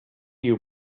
you